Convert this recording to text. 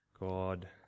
God